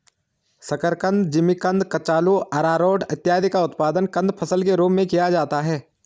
शकरकंद, जिमीकंद, कचालू, आरारोट इत्यादि का उत्पादन कंद फसल के रूप में किया जाता है